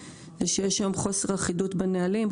הוא שיש היום חוסר אחידות בנהלים,